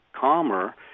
calmer